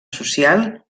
social